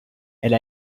elle